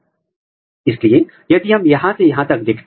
तो यह ऊतकों से सभी अनबाउंड आरएनए को हटा देगा